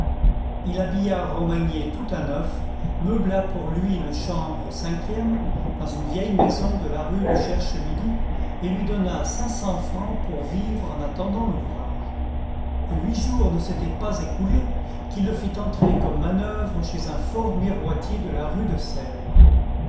il habilla romagné tout à neuf meubla pour lui une chambre au cinquième dans une vieille maison de la rue du cherche-midi et lui donna cinq cents francs pour vivre en attendant l'ouvrage et huit jours ne s'étaient pas écoulés qu'il le fit entrer comme manœuvre chez un fort miroitier de la rue de sèvres